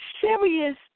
serious